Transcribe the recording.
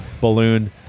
balloon